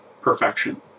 perfection